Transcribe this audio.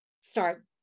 start